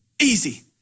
easy